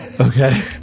Okay